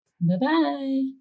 Bye-bye